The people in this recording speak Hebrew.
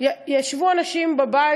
ישבו אנשים בבית,